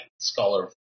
scholar